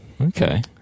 Okay